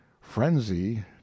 frenzy